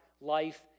life